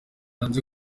hanze